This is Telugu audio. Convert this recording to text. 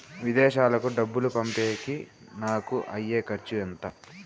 విదేశాలకు డబ్బులు పంపేకి నాకు అయ్యే ఖర్చు ఎంత?